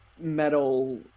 metal